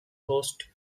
host